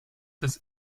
ist